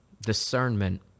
discernment